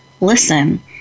listen